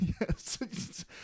yes